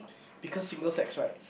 because single sex right